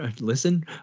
listen